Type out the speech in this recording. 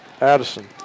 Addison